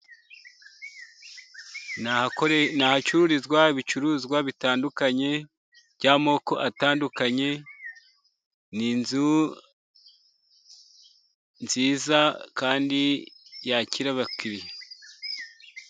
Ni ahacururizwa ibicuruzwa bitandukanye, by'amoko atandukanye. Ni inzu nziza kandi yakira abakiriya.